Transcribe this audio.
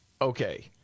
Okay